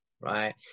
right